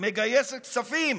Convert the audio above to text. מגייסת כספים